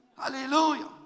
Hallelujah